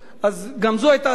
אז גם זאת היתה הצעה,